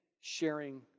sharing